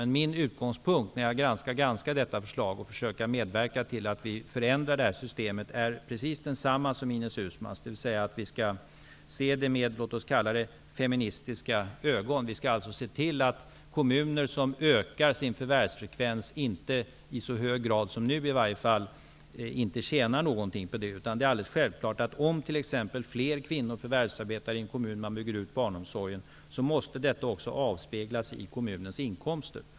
Men min utgångspunkt när jag skall granska detta förslag och försöka medverka till att vi förändrar det här systemet är precis densamma som Ines Uusmanns, dvs. att vi skall se det med låt oss kalla det feministiska ögon. Vi skall alltså se till att kommuner som ökar sin förvärvsfrekvens inte i så hög grad som nu inte tjänar något på det. Det är alldeles självklart att, om t.ex. fler kvinnor i en kommun förvärvsarbetar och man bygger ut barnomsorgen, det också måste avspegla sig i kommunens inkomster.